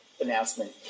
announcement